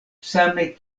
same